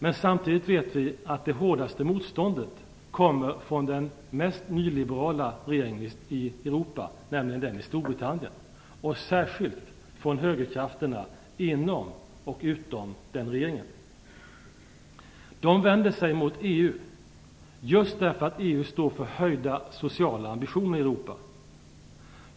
Men samtidigt vet vi att det hårdaste motståndet kommer från den mest nyliberala regeringen i Europa, dvs. den i Storbritannien, och särskilt från högerkrafterna inom och utom denna regering. De vänder sig mot EU just därför att EU står för höjda sociala ambitioner i Europa.